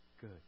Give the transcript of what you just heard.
good